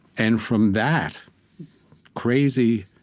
and from that crazy,